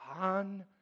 on